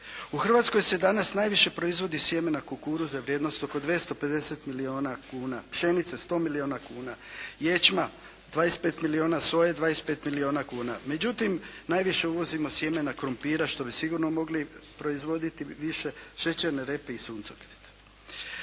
U Hrvatskoj se danas najviše proizvodi sjemena kukuruza vrijednosti od oko 250 milijuna kuna, pšenice 100 milijuna kuna, ječma 25 milijuna, soje 25 milijuna kuna. Međutim, najviše uvozimo sjemena krumpira što bi sigurno mogli proizvoditi više, šećerne repe i suncokreta.